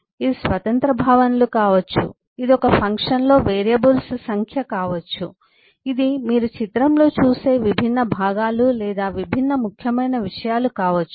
ఇది స్వతంత్ర భావనలు కావచ్చు ఇది ఒక ఫంక్షన్లో వేరియబుల్స్ సంఖ్య కావచ్చు ఇది మీరు చిత్రంలో చూసే విభిన్న భాగాలు లేదా విభిన్న ముఖ్యమైన విషయాలు కావచ్చు